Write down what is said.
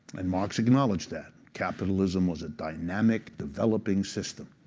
and marx acknowledged that capitalism was a dynamic, developing system.